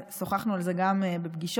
ושוחחנו על זה גם בפגישות.